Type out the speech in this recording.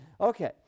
Okay